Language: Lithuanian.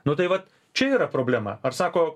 nu tai vat čia yra problema ar sako